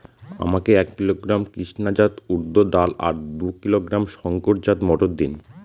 আমাকে এক কিলোগ্রাম কৃষ্ণা জাত উর্দ ডাল আর দু কিলোগ্রাম শঙ্কর জাত মোটর দিন?